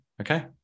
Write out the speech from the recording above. okay